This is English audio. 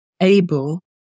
able